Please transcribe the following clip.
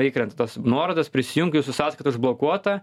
įkrenta tos nuorodos prisijunk jūsų sąskaita užblokuota